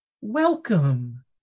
welcome